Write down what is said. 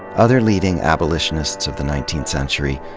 other leading abolitionists of the nineteenth century,